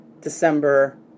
December